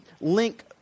link